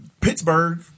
Pittsburgh